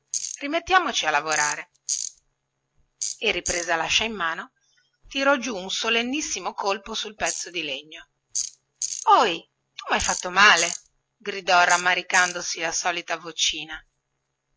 rimettiamoci a lavorare e ripresa lascia in mano tirò giù un solennissimo colpo sul pezzo di legno ohi tu mhai fatto male gridò rammaricandosi la solita vocina